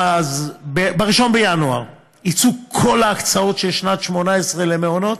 ב-1 בינואר יצאו כל ההקצאות של שנת 2018 למעונות.